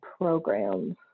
programs